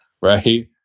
right